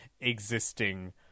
existing